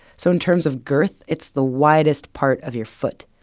so, in terms of girth, it's the widest part of your foot.